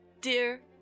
Dear